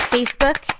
Facebook